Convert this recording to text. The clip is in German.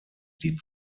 die